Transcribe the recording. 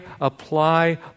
apply